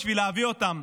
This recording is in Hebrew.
בשביל להביא אותם,